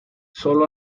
sólo